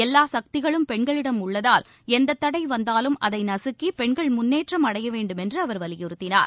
எல்லா சக்திகளும் பெண்களிடம் உள்ளதால் எந்தத் தடை வந்தாலும் அதை நசுக்கி பெண்கள் முன்னேற்றம் அடைய வேண்டுமென்று அவர் வலியுறுத்தினார்